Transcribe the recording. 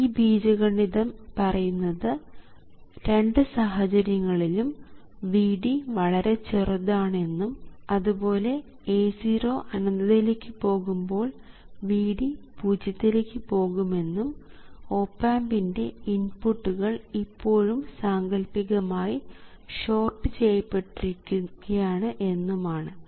ഈ ബീജഗണിതം പറയുന്നത് രണ്ട് സാഹചര്യങ്ങളിലും Vd വളരെ ചെറുതാണ് എന്നും അതുപോലെ A0 അനന്തതയിലേക്ക് പോകുമ്പോൾ Vd പൂജ്യത്തിലേക്ക് പോകും എന്നും ഓപ് ആമ്പിൻറെ ഇൻപുട്ടുകൾ ഇപ്പോഴും സാങ്കല്പികമായി ഷോർട്ട് ചെയ്യപ്പെട്ടിരിക്കുകയാണ് എന്നും ആണ്